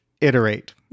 iterate